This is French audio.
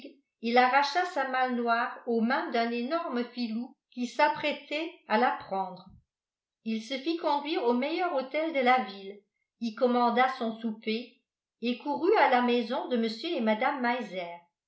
il arracha sa malle noire aux mains d'un énorme filou qui s'apprêtait à la prendre il se fit conduire au meilleur hôtel de la ville y commanda son souper et courut à la maison de mr et mme